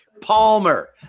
palmer